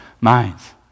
minds